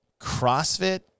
CrossFit